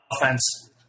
offense